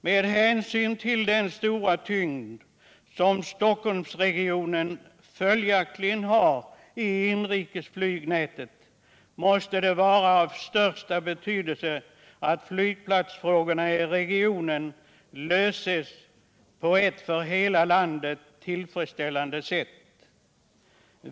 Med hänsyn till Nr 52 den stora tyngd som Stockholmsregionen följaktligen har i inrikesflyg Torsdagen den nätet måste det vara av största betydelse att flygplatsfrågorna i regionen = 15 december 1977 löses på ett för hela landet tillfredsställande sätt.